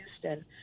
Houston